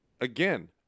again